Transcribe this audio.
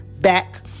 back